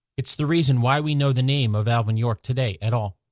it's the reason why we know the name of alvin york today at all.